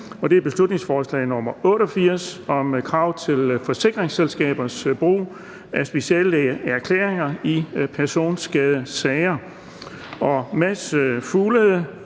til folketingsbeslutning om krav til forsikringsselskabers brug af speciallægeerklæringer i personskadesager).